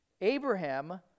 Abraham